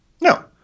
No